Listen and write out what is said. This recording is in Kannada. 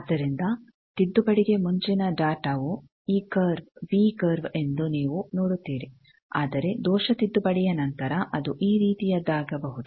ಆದ್ದರಿಂದ ತಿದ್ದುಪಡಿಗೆ ಮುಂಚಿನ ಡಾಟಾವು ಈ ಕರ್ವ್ ವಿ ಕರ್ವ್ ಎಂದು ನೀವು ನೋಡುತ್ತೀರಿ ಆದರೆ ದೋಷ ತಿದ್ದುಪಡಿಯ ನಂತರ ಅದು ಈ ರೀತಿಯದ್ದಾಗಬಹುದು